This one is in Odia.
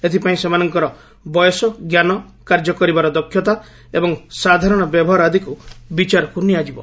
ଏଥିପାଇଁ ସେମାନଙ୍କର ବୟସ ଜ୍ଞାନ କାର୍ଯ୍ୟ କରିବାର ଦକ୍ଷତା ଏବଂ ସାଧାରଣ ବ୍ୟବହାର ଆଦିକୁ ବିଚାରକୁ ନିଆଯିବ